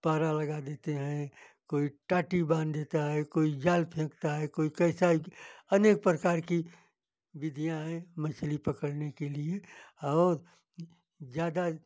पारा लगा देते हैं कोई टाटी बांध देता है कोई जाल फेंकता है कोई कैसाक अनेक प्रकार की विधियाँ हैं मछली पकड़ने के लिए और ज़्यादा